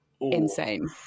insane